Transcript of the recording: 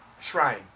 shrine